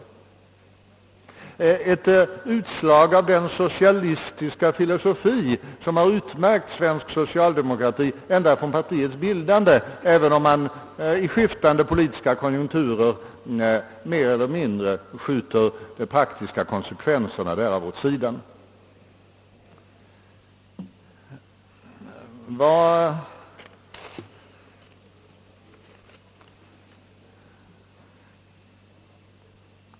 Med andra ord ett utslag av den socialistiska filosofi som har utmärkt svensk socialdemokrati ända från dess bildande, även om man i skiftande politiska konjunkturer mer eller mindre skjutit de praktiska konsekvenserna därav åt sidan.